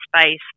space